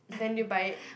then did you buy it